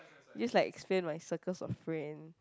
just like expand my circles of friend